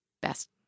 best